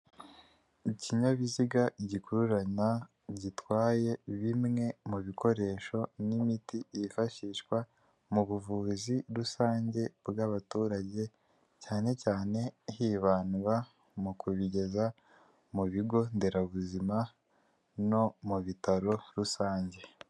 Ikinyabiziga gikururana gitwaye bimwe mu bikoresho n'imiti yifashishwa mu buvuzi rusange bw'abaturage cyane cyane hibandwa mu kubigeza mu bigo nderabuzima no mu bitaro rusange.